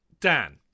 Dan